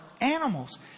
animals